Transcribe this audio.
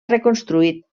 reconstruït